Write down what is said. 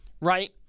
right